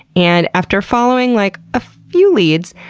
and after following like a few leads,